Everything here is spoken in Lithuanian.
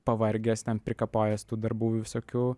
pavargęs ten prikapojęs tų darbų visokių